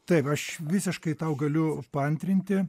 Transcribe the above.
taip aš visiškai tau galiu paantrinti